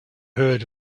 heard